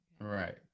right